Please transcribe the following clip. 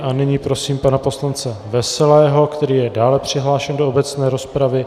A nyní prosím pana poslance Veselého, který je dále přihlášen do obecné rozpravy.